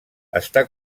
està